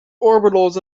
orbitals